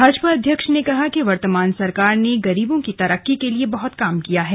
भाजपा अध्यक्ष ने कहा कि वर्तमान सरकार ने गरीबों की तरक्की के लिए बहुत काम किया है